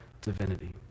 divinity